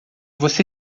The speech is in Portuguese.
você